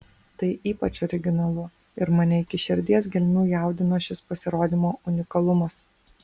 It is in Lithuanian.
tai ypač originalu ir mane iki širdies gelmių jaudino šis pasirodymo unikalumas